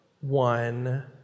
one